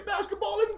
basketball